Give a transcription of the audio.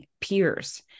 peers